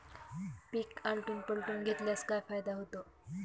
पीक आलटून पालटून घेतल्यास काय फायदा होतो?